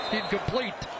incomplete